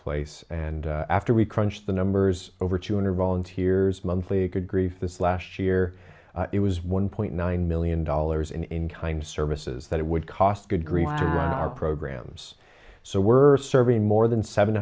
place and after we crunch the numbers over two hundred volunteers monthly good grief this last year it was one point nine million dollars in in kind services that it would cost good green programs so we're serving more than seven